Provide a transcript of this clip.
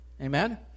amen